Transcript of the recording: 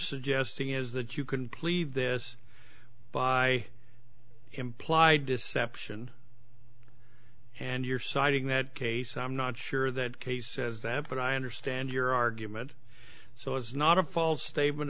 suggesting is that you can plead this by implied deception and you're citing that case i'm not sure that case says that but i understand your argument so it's not a false statement